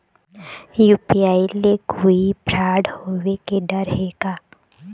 UPI ले कोई fraud होए के डर हे का?